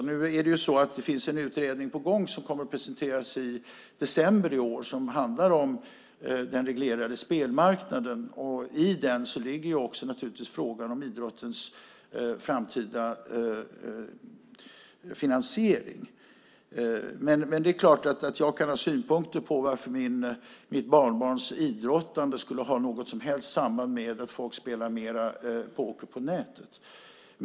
Det är en utredning på gång som kommer att presenteras i december år. Den handlar om den reglerade spelmarknaden. I den ligger också frågan om idrottens framtida finansiering. Det är klart att jag kan ha synpunkter på varför mitt barnbarns idrottande skulle ha något som helst samband med att folk spelar mer poker på nätet.